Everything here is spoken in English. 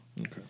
Okay